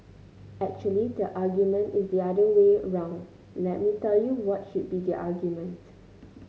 actually the argument is the other way round let me tell you what should be the argument